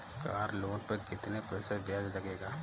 Car loan पर कितने प्रतिशत ब्याज लगेगा?